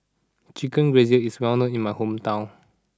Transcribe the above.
Chicken Gizzard is well known in my hometown